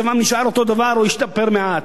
מצבם נשאר אותו הדבר או השתפר מעט.